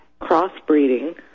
crossbreeding